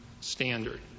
standard